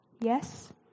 Yes